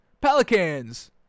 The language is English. Pelicans